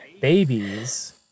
Babies